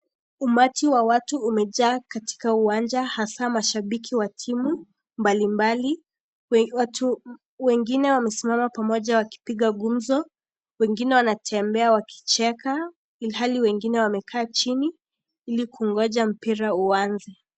Umati wa watu wamejaa katika uwanja hasa mashabiki wa timu mbalimbali. Watu wengine wamesimama pamoja wakipiga gumzo, wengine wanatembea akicheka, ilhali wengine wamekaa chini ili kungoja mpira uanze.